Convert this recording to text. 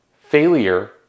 failure